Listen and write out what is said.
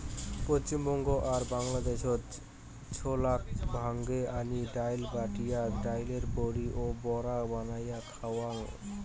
পশ্চিমবঙ্গ আর বাংলাদ্যাশত ছোলাক ভাঙে আনি ডাইল, বাটিয়া ডাইলের বড়ি ও বড়া বানেয়া খাওয়াং